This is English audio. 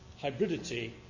hybridity